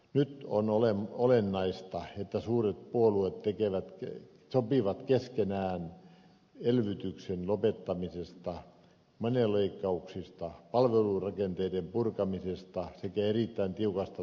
nyt on olennaista että suuret puolueet sopivat keskenään elvytyksen lopettamisesta menoleikkauksista palvelurakenteiden purkamisesta sekä erittäin tiukasta talouspolitiikasta